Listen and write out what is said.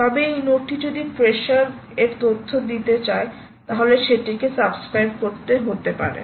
তবে এই নোডটি যদি প্রেসার এর তথ্য দিতে চায় তাহলে সেটিকে সাবস্ক্রাইব করতে হতে পারে